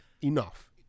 enough